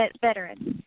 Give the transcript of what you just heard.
veterans